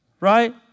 right